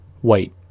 white